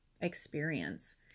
experience